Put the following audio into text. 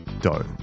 dough